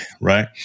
right